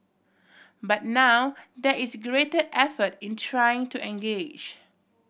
but now there is greater effort in trying to engage